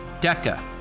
DECA